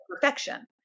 perfection